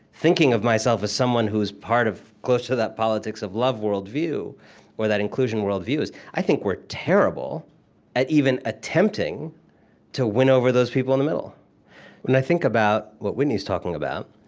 thinking of myself as someone who is part of closer to that politics of love worldview or that inclusion worldview, is, i think we're terrible at even attempting to win over those people in the middle when i think about what whitney's talking about,